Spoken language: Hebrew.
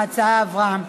ההצעה עברה.